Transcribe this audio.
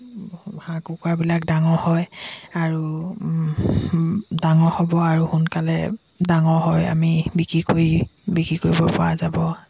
হাঁহ কুকুৰাবিলাক ডাঙৰ হয় আৰু ডাঙৰ হ'ব আৰু সোনকালে ডাঙৰ হয় আমি বিক্ৰী কৰি বিক্ৰী কৰিব পৰা যাব